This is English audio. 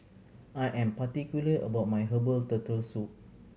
I am particular about my herbal Turtle Soup